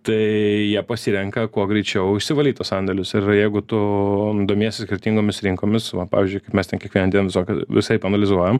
tai jie pasirenka kuo greičiau išsivalyt tuos sandėlius ir jeigu tu domiesi skirtingomis rinkomis va pavyzdžiui kaip mes ten kiekvieną dieną visokio visaip analizuojam